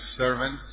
servant